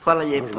Hvala lijepo.